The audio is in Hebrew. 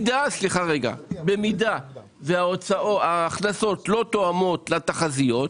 במידה וההכנסות לא תואמות לתחזיות,